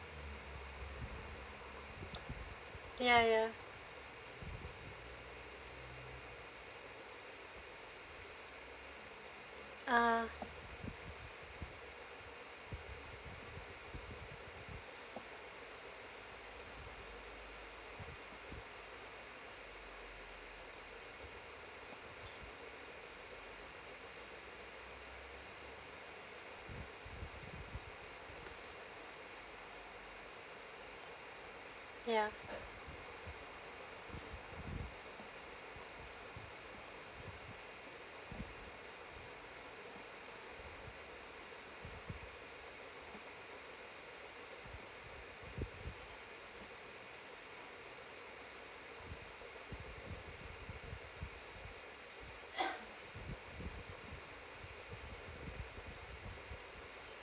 ya ya ya ah ya